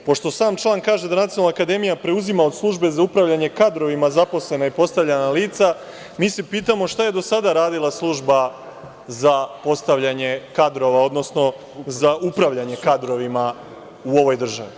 Pošto sam član kaže da Nacionalna akademija preuzima od Službe za upravljanje kadrovima zaposlene i postavljena lica, mi se pitamo šta je do sada radila Služba za postavljanje kadrova, odnosno za upravljanje kadrovima u ovoj državi?